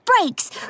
brakes